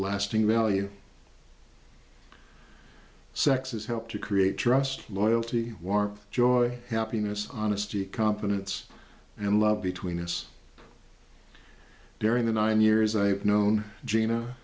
lasting value sexes helped to create trust loyalty joy happiness honesty competence and love between us during the nine years i known gina